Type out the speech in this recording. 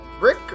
Rick